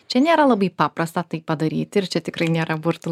čia nėra labai paprasta tai padaryti ir čia tikrai nėra burtų